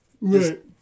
Right